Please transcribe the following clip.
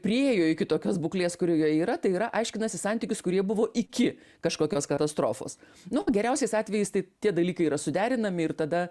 priėjo iki tokios būklės kurioje yra tai yra aiškinasi santykius kurie buvo iki kažkokios katastrofos nu geriausiais atvejais tai tie dalykai yra suderinami ir tada